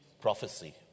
prophecy